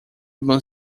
bom